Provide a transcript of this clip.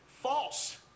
False